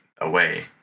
away